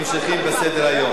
אנחנו ממשיכים בסדר-היום.